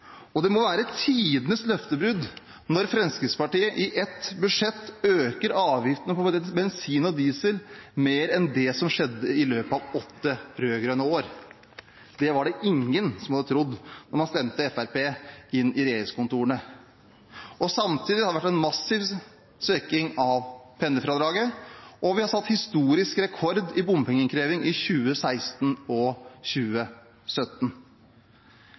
virkelighetsfjern. Det må være tidenes løftebrudd når Fremskrittspartiet i ett budsjett øker avgiftene på bensin og diesel mer enn det som skjedde i løpet av åtte rød-grønne år. Det var det ingen som hadde trodd da man stemte Fremskrittspartiet inn i regjeringskontorene. Samtidig har det vært en massiv svekking av pendlerfradraget, og vi setter historisk rekord i bompengeinnkreving i 2016 og 2017.